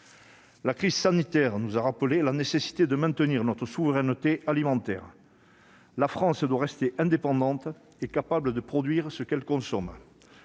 La crise sanitaire nous a rappelé la nécessité de maintenir notre souveraineté alimentaire. La France doit rester indépendante et capable de produire ce qu'elle consomme.